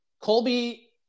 Colby